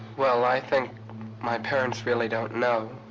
well, i think my parents really don't know.